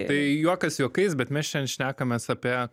tai juokas juokais bet mes šiandien šnekamės apie